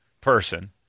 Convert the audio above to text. person